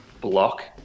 block